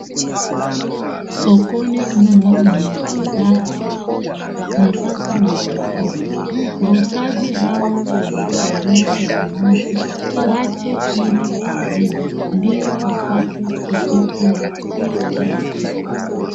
Sokoni humu mna bidhaa aina nyingi, na vyakula wauzaji hawa wanategemea wanunuzi, waje ili kununua vitu ndio wapate pesa yao ya kila siku.